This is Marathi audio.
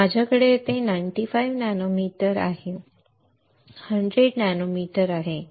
माझ्याकडे येथे 95 नॅनोमीटर आहे माझ्याकडे येथे 100 नॅनोमीटर आहे